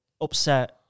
upset